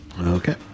Okay